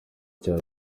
cya